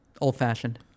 Old-fashioned